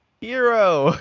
Hero